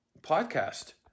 podcast